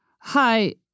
Hi